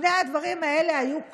שני הדברים האלה היו כלולים,